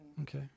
okay